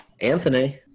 anthony